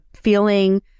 feeling